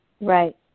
right